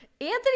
Anthony